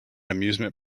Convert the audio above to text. amusement